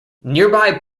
nearby